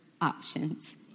options